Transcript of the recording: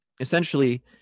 Essentially